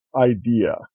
idea